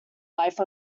life